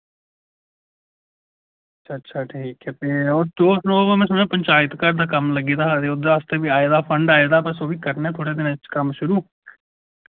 अच्छा अच्छा ठीक ऐ फ्ही ओ तुस ओ में सुनेआ पंचायत घर दा कम्म लग्गे दा हा ते ओह्दे आस्तै बी आए दा हा फंड आए दा बस ओह् बी करने थोह्ड़े दिनें च कम्म शुरू